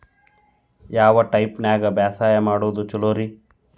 ಯಾವ ಟೈಪ್ ನ್ಯಾಗ ಬ್ಯಾಸಾಯಾ ಮಾಡೊದ್ ಛಲೋರಿ?